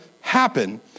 happen